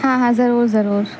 ہاں ہاں ضرور ضرور